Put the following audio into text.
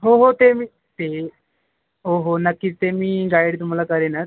हो हो ते मी ते मी हो हो ते मी नक्कीच गाईड तुम्हाला करेनच